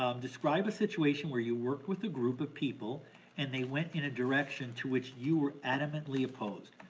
um describe a situation where you worked with a group of people and they went in a direction to which you were adamantly opposed.